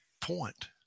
point